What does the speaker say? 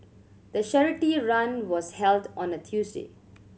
the charity run was held on a Tuesday